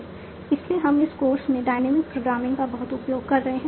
इसलिए हम इस कोर्स में डायनेमिक प्रोग्रामिंग का बहुत उपयोग कर रहे हैं